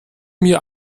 mir